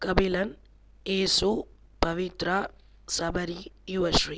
Kabilan Yesu Pavithra Sabari Yuvasri